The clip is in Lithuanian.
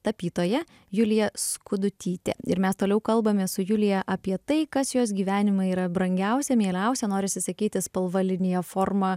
tapytoja julija skudutytė ir mes toliau kalbamės su julija apie tai kas jos gyvenime yra brangiausia mieliausia norisi sakyti spalva linija forma